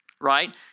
Right